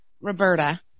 Roberta